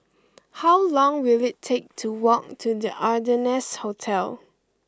how long will it take to walk to The Ardennes Hotel